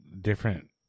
different